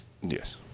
Yes